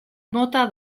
mota